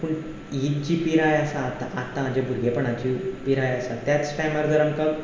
पूण ही जी पिराय आसा आतां जे भुरगेपणाची पिराय आसा त्याच टायमार जर आमकां